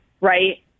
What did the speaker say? Right